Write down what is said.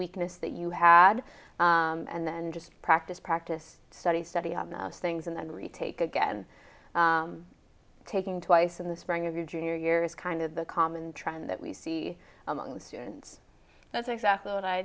weakness that you had and then just practice practice study study on the things and then retake again taking twice in the spring of your junior year is kind of the common trend that we see among students that's exactly what i